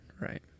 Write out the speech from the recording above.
right